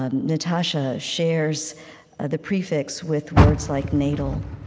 ah natasha, shares ah the prefix with words like natal,